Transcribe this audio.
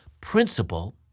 principle